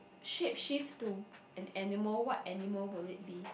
shapeshift to an animal what animal will it be